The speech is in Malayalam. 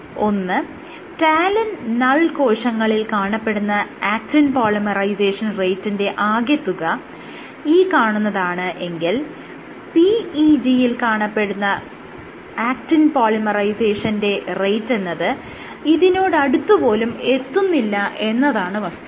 ഒന്ന് റ്റാലിൻ നൾ കോശങ്ങളിൽ കാണപ്പെടുന്ന ആക്റ്റിൻ പോളിമറൈസേഷൻ റേറ്റിന്റെ ആകെത്തുക ഈ കാണുന്നതാണ് എങ്കിൽ PEG യിൽ കാണപ്പെടുന്ന ആക്റ്റിൻ പോളിമറൈസേഷന്റെ റേറ്റ് എന്നത് ഇതിനോടടുത്ത് പോലും എത്തുന്നില്ല എന്നതാണ് വസ്തുത